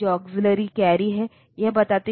लेकिन इसमें मेमोरी और वह सब नहीं है